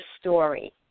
story